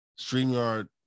StreamYard